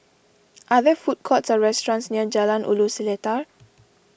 are there food courts or restaurants near Jalan Ulu Seletar